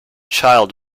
child